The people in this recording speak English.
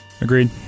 Agreed